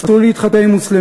אסור לי להתחתן עם מוסלמית,